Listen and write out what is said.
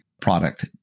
product